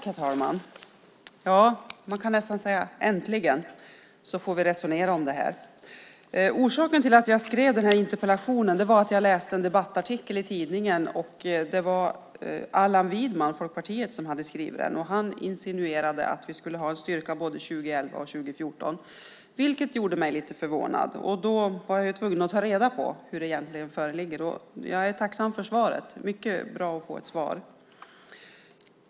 Herr talman! Man kan nästan säga: Äntligen får vi resonera om det här! Orsaken till att jag skrev denna interpellation var att jag läste en debattartikel i tidningen. Det var Allan Widman från Folkpartiet som hade skrivit den. Han insinuerade att vi skulle ha en styrka både 2011 och 2014, vilket gjorde mig lite förvånad. Jag var tvungen att ta reda på vad som egentligen föreligger. Jag är tacksam för svaret. Det var mycket bra att få ett svar.